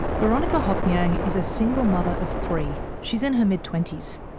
boronika hothnyang is a single mother of three. she's in her mid twenty s.